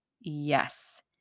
yes